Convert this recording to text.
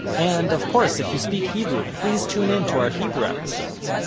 and, of course, if you speak hebrew please tune in to our hebrew episodes.